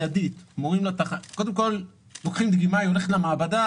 קודם כול, לוקחים דגימה והיא הולכת למעבדה.